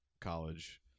college